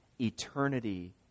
Eternity